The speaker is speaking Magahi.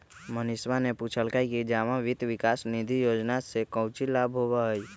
मनीषवा ने पूछल कई कि जमा वित्त विकास निधि योजना से काउची लाभ होबा हई?